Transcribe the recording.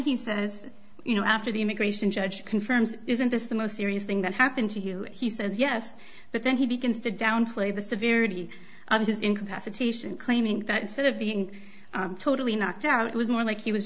he says you know after the immigration judge confirms isn't this the most serious thing that happened to you he says yes but then he begins to downplay the severity of his incapacitation claiming that sort of being totally knocked out was more like he was